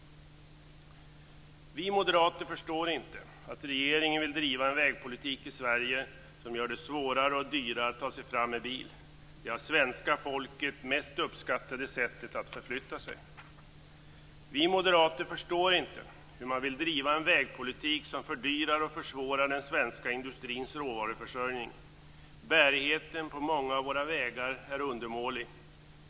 Vi moderater förstår inte att regeringen vill driva en vägpolitik i Sverige som gör det svårare och dyrare att ta sig fram med bil - det av det svenska folket mest uppskattade sättet att förflytta sig. Vi moderater förstår inte hur man vill driva en vägpolitik, som fördyrar och försvårar den svenska industrins råvaruförsörjning. Bärigheten på många av våra vägar är undermålig.